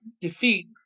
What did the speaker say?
defeat